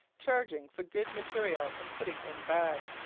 charging for good material and putting in bad,